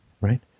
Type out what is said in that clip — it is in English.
Right